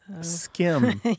Skim